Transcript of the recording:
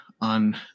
on